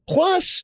Plus